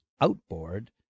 outboard